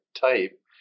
type